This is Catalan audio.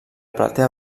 platea